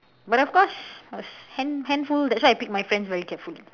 but of course course hand~ handful that's why I pick my friends very carefully